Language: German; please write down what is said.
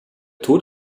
tod